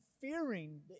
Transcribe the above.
fearing